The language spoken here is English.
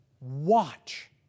watch